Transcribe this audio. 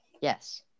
Yes